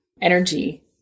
energy